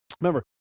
Remember